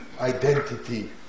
identity